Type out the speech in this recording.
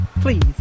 Please